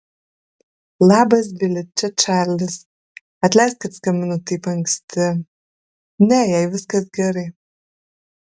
labas bili čia čarlis atleisk kad skambinu taip anksti ne jai viskas gerai